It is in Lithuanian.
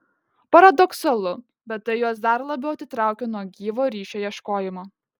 paradoksalu bet tai juos dar labiau atitraukia nuo gyvo ryšio ieškojimo